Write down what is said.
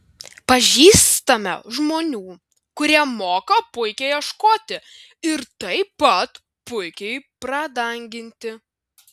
pažįstame žmonių kurie moka puikiai ieškoti ir taip pat puikiai pradanginti